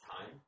time